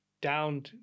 down